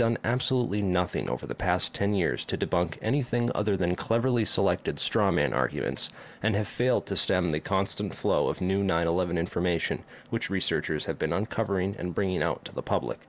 done absolutely nothing over the past ten years to debunk anything other than cleverly selected straw man arguments and have failed to stem the constant flow of new nine eleven information which researchers have been uncovering and bringing out to the public